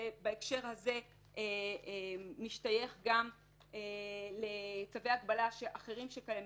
ובהקשר הזה זה משתייך גם לצווי הגבלה אחרים שקיימים,